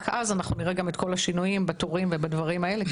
רק אז אנחנו נראה גם את כל השינויים בתורים ובדברים האלה,